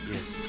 Yes